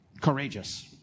courageous